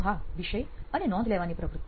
તો હા વિષય અને નોંધ લેવાની પ્રવૃત્તિ